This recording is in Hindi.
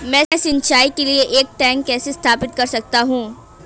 मैं सिंचाई के लिए एक टैंक कैसे स्थापित कर सकता हूँ?